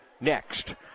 next